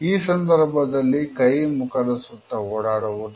ಈ ಸಂದರ್ಭದಲ್ಲಿ ಕೈ ಮುಖದ ಸುತ್ತ ಓಡಾಡುವುದು